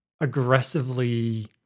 aggressively